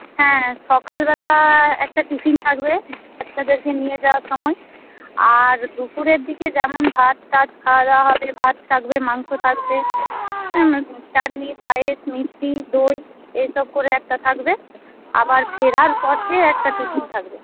হ্যাঁ সকালবেলা একটা টিফিন থাকবে বাচ্চাদেরকে নিয়ে যাওয়ার সময় আর দুপুরের দিকে যেমন ভাতটাত খাওয়া দাওয়া হবে ভাত থাকবে মাংস থাকবে চাটনি পায়েস মিষ্টি দই এইসব করে একটা থাকবে আবার ফেরার পথে একটা টিফিন থাকবে